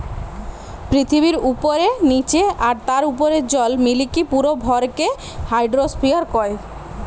পৃথিবীর উপরে, নীচে আর তার উপরের জল মিলিকি পুরো ভরকে হাইড্রোস্ফিয়ার কয়